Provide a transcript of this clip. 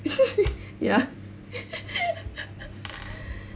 ya